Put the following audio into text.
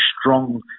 strong